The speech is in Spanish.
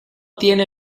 tiene